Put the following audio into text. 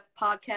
podcast